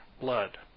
blood